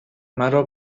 مرا